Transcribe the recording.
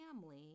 family